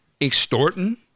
extorting